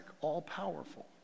all-powerful